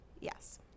Yes